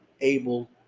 able